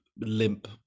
limp